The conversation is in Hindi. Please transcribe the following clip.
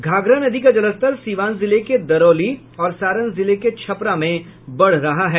घाघरा नदी का जलस्तर सीवान जिले के दरौली और सारण जिले के छपरा में बढ़ रहा है